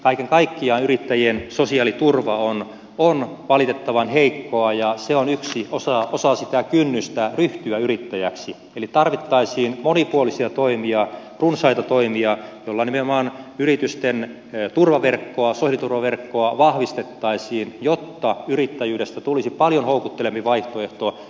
kaiken kaikkiaan yrittäjien sosiaaliturva on valitettavan heikko ja se on yksi osa kynnystä ryhtyä yrittäjäksi eli tarvittaisiin monipuolisia toimia runsaita toimia joilla nimenomaan yritysten turvaverkkoa sosiaaliturvaverkkoa vahvistettaisiin jotta yrittäjyydestä tulisi paljon houkuttelevampi vaihtoehto